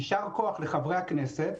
יישר כוח לחברי הכנסת,